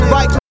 Right